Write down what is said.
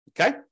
Okay